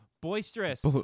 boisterous